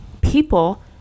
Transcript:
people